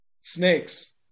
snakes